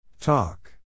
Talk